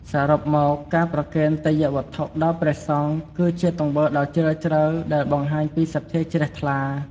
សរុបមក ការប្រគេនទេយ្យវត្ថុដល់ព្រះសង្ឃ គឺជាទង្វើដ៏ជ្រាលជ្រៅដែលបង្ហាញពីសទ្ធាជ្រះថ្លា។